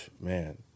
Man